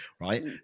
right